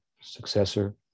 successor